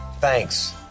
Thanks